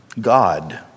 God